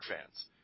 fans